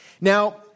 Now